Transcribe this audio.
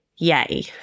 yay